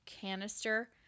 canister